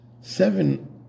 Seven